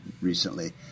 recently